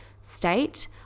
state